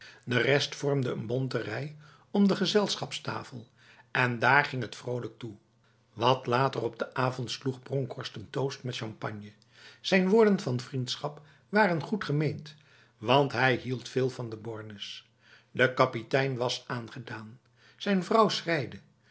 de rest vormde een bonte rij om de gezelschapstafel en daar ging het vrolijk toe wat later op de avond sloeg bronkhorst een toost met champagne zijn woorden van vriendschap waren goed gemeend want hij hield veel van de bornes de kapitein was aangedaan zijn vrouw